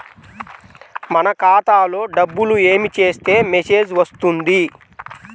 మన ఖాతాలో డబ్బులు ఏమి చేస్తే మెసేజ్ వస్తుంది?